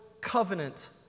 covenant